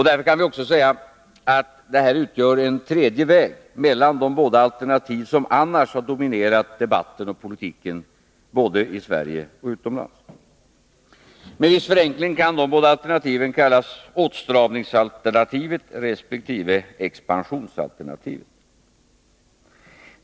Därför kan vi också säga att vår politik utgör en ”tredje väg” mellan de båda alternativ som annars har dominerat debatten och politiken, både i Sverige och utomlands. Med viss förenkling kan de båda alternativen kallas ”åtstramningsalternativet” resp. ”expansionsalternativet”.